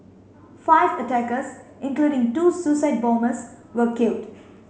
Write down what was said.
five attackers including two suicide bombers were killed